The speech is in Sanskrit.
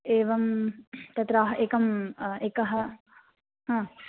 एवं तत्र एकम् एकः हा